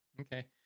Okay